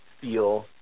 feel